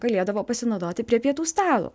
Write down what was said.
galėdavo pasinaudoti prie pietų stalo